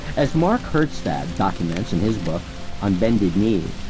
as mark hertsgaard documents in his book on bended knee.